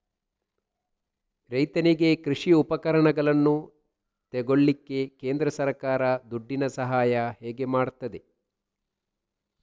ರೈತನಿಗೆ ಕೃಷಿ ಉಪಕರಣಗಳನ್ನು ತೆಗೊಳ್ಳಿಕ್ಕೆ ಕೇಂದ್ರ ಸರ್ಕಾರ ದುಡ್ಡಿನ ಸಹಾಯ ಹೇಗೆ ಮಾಡ್ತದೆ?